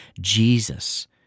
Jesus